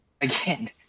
again